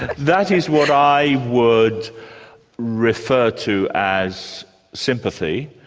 that is what i would refer to as sympathy,